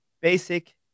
basic